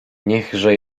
niechże